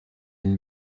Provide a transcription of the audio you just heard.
une